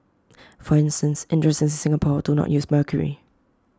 for instance industries in Singapore do not use mercury